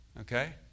Okay